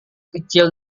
kecil